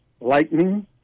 Lightning